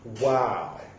wow